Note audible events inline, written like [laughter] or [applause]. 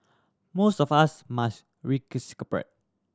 most of us must [unintelligible]